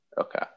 Okay